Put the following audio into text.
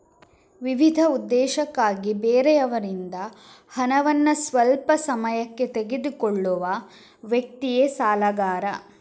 ವಿವಿಧ ಉದ್ದೇಶಕ್ಕಾಗಿ ಬೇರೆಯವರಿಂದ ಹಣವನ್ನ ಸ್ವಲ್ಪ ಸಮಯಕ್ಕೆ ತೆಗೆದುಕೊಳ್ಳುವ ವ್ಯಕ್ತಿಯೇ ಸಾಲಗಾರ